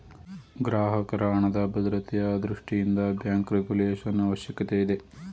ಗ್ರಾಹಕರ ಹಣದ ಭದ್ರತೆಯ ದೃಷ್ಟಿಯಿಂದ ಬ್ಯಾಂಕ್ ರೆಗುಲೇಶನ್ ಅವಶ್ಯಕತೆ ಇದೆ